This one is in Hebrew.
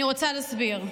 אני רוצה להסביר.